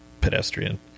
pedestrian